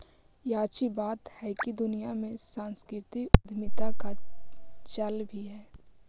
याची बात हैकी दुनिया में सांस्कृतिक उद्यमीता का चल भी है